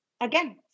again